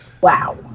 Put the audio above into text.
Wow